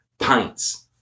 Pints